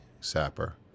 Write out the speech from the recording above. Sapper